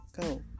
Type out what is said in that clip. Go